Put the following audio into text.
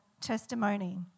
Testimony